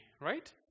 right